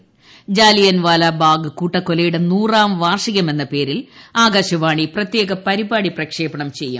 രക്തസാക്ഷി ജാലിയൻവാലാ ബാഗ് കൂട്ടക്കൊലയുടെ നൂറാം വാർഷികമെന്ന പേരിൽ ആകാശവാണി പ്രത്യേക പരിപാടി പ്രക്ഷേപണം ചെയ്യും